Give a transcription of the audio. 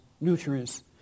nutrients